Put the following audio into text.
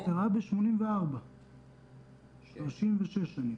אתה יודע, יש פתגם כזה שרק חתולים נולדים מהר,